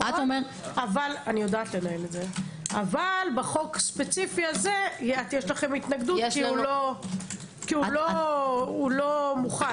אבל בחוק ספציפי הזה יש לכם התנגדות כי הוא לא מוכן.